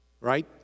right